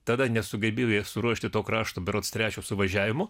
tada nesugebėjo jie suruošti to krašto berods trečio suvažiavimo